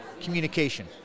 communication